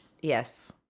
Yes